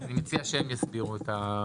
אני מציע שהם יסבירו את ההערה.